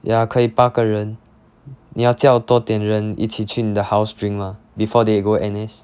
yeah 可以八个人你要叫多点人一起去你的 house drink mah before they go N_S